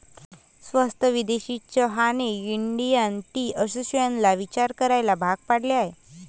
स्वस्त विदेशी चहाने इंडियन टी असोसिएशनला विचार करायला भाग पाडले आहे